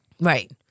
Right